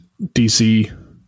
DC